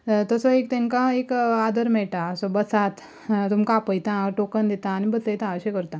तसो एक तांकां एक आदर मेळटा असो बसात तुमका आपयता टोकन दिता आनी बसयता अशें करता आमी